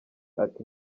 ati